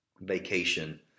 vacation